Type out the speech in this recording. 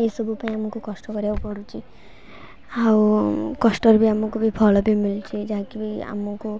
ଏଇସବୁ ପାଇଁ ଆମକୁ କଷ୍ଟ କରିବାକୁ ପଡ଼ୁଛି ଆଉ କଷ୍ଟରେ ବି ଆମକୁ ବି ଫଳ ବି ମିଳୁଛି ଯାହାକି ବି ଆମକୁ